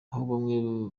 aho